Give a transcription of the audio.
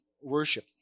Worship